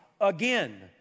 again